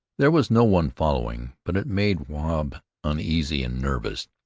there was no one following, but it made wahb uneasy and nervous.